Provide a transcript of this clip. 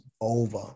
over